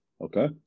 Okay